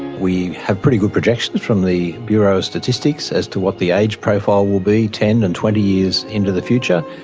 we have pretty good projections from the bureau of statistics as to what the age profile will be ten and twenty years into the future,